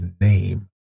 name